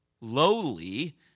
lowly